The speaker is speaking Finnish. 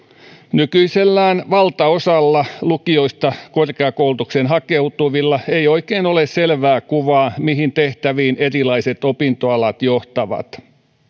nykyisellään valtaosalla lukioista korkeakoulutukseen hakeutuvista ei oikein ole selvää kuvaa mihin tehtäviin erilaiset opintoalat johtavat